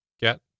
get